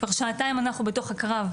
כבר שעתיים אנחנו בתוך ה'קרב',